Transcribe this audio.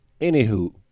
Anywho